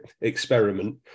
experiment